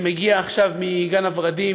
אני מגיע עכשיו מגן הוורדים.